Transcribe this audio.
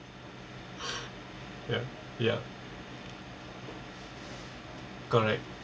ya ya correct